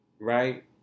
right